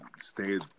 stayed